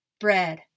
bread